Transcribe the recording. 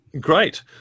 great